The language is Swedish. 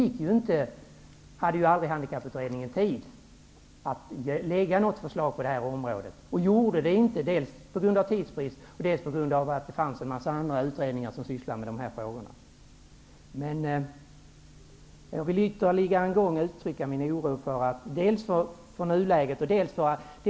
Nu hade aldrig Handikapputredningen tid att lägga fram något förslag på detta område. Det gjordes inte dels på grund av tidsbrist, dels på grund av att det fanns en mängd andra utredningar som arbetade med dessa frågor. Jag vill ytterligare en gång uttrycka min oro för situtionen i nuläget.